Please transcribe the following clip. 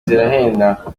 zirahenda